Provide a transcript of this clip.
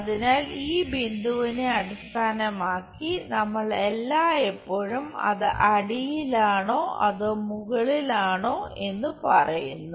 അതിനാൽ ഈ വിഷയവുമായി ബന്ധപ്പെട്ട് നമ്മൾ എല്ലായ്പ്പോഴും അത് അടിയിലാണോ അതോ മുകളിലാണോ എന്ന് പറയുന്നു